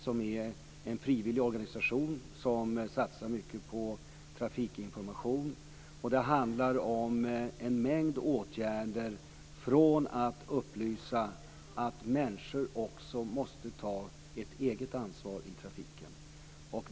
Det är en frivilligorganisation som satsar mycket på trafikinformation. Det handlar om en mängd åtgärder, t.ex. att upplysa om att människor också måste ta ett eget ansvar i trafiken.